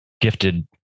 gifted